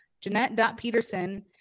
Jeanette.Peterson